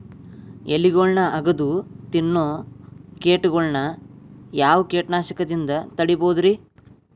ಎಲಿಗೊಳ್ನ ಅಗದು ತಿನ್ನೋ ಕೇಟಗೊಳ್ನ ಯಾವ ಕೇಟನಾಶಕದಿಂದ ತಡಿಬೋದ್ ರಿ?